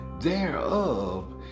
thereof